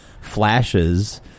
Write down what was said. flashes